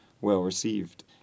well-received